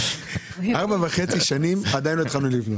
ארבע וחצי שנים ועדיין לא התחילו לבנות.